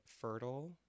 fertile